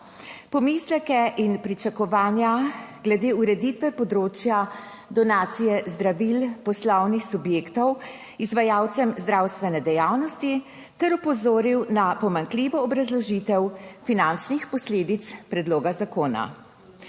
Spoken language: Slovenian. pomisleke in pričakovanja glede ureditve področja donacije zdravil, poslovnih subjektov izvajalcem zdravstvene dejavnosti ter opozoril na pomanjkljivo obrazložitev finančnih posledic predloga zakona.